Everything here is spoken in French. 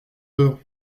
peur